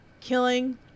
killing